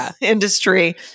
industry